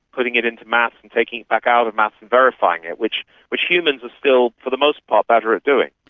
putting it into maths and taking it back out and maths and verifying it, which which humans are still for the most part better at doing.